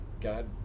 god